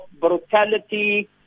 brutality